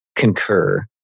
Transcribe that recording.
concur